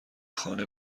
خانه